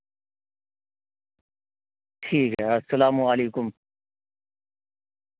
ٹھیک ہے السلام علیکم